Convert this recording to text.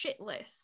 shitless